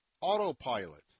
Autopilot